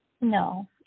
No